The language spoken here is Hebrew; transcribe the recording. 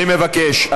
אני מבקש,